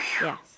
Yes